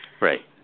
Right